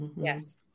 Yes